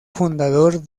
fundador